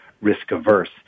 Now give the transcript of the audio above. risk-averse